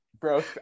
Bro